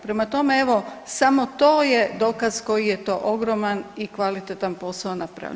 Prema tome, evo samo to je dokaz koji je to ogroman i kvalitetan posao napravljen.